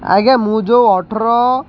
ଆଜ୍ଞା ମୁଁ ଯେଉଁ ଅଠର